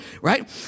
right